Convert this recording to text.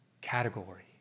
category